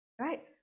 right